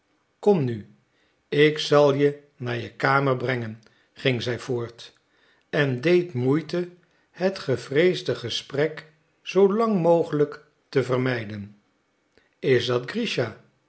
kom nu ik zal je naar je kamer brengen ging zij voort en deed moeite het gevreesde gesprek zoo lang mogelijk te vermijden is dat